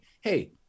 hey